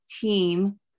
team